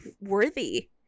worthy